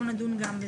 אנחנו נדון גם בזה.